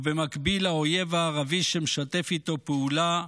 ובמקביל האויב הערבי שמשתף איתו פעולה,